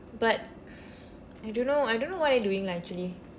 but I don't know I don't know what they are doing lah actually